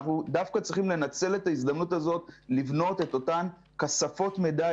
אנחנו צריכים לנצל את ההזדמנות הזאת לבנות את אותן כספות מידע,